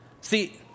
See